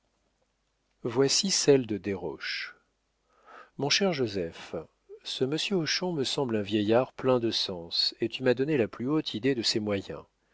voici celle de desroches mon cher joseph ce monsieur hochon me semble un vieillard plein de sens et tu m'as donné la plus haute idée de ses moyens